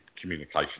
communication